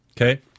Okay